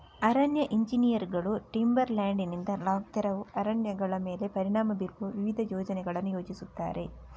ಅರಣ್ಯ ಎಂಜಿನಿಯರುಗಳು ಟಿಂಬರ್ ಲ್ಯಾಂಡಿನಿಂದ ಲಾಗ್ ತೆರವು ಅರಣ್ಯಗಳ ಮೇಲೆ ಪರಿಣಾಮ ಬೀರುವ ವಿವಿಧ ಯೋಜನೆಗಳನ್ನು ಯೋಜಿಸುತ್ತಾರೆ